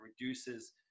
reduces